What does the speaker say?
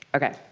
okay.